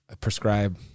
prescribe